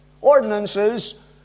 Ordinances